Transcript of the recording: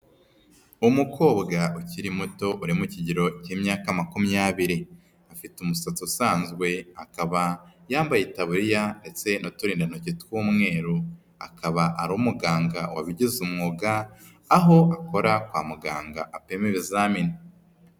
Umukobwa ukiri muto uri mu kigero cy'imyaka makumyabiri. Afite umusatsi usanzwe, akaba yambaye itaburiya ndetse n'uturindantoki t'wumweru, akaba ari umuganga wabigize umwuga, aho akora kwa muganga apima ibizamini.